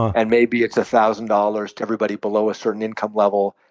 and maybe it's a thousand dollars to everybody below a certain income level,